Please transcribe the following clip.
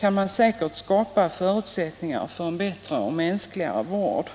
kan man säkerligen skapa förutsättningar för en bättre och mänskligare vård.